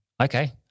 Okay